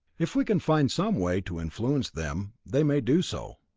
if we can find some way to influence them, they may do so.